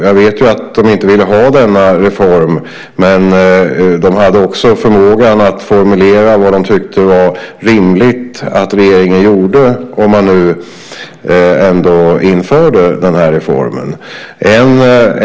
Jag vet ju att de inte ville ha denna reform, men de hade också förmåga att formulera vad de tyckte var rimligt att regeringen gjorde om den här reformen nu ändå infördes.